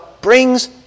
brings